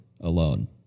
alone